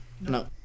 No